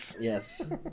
Yes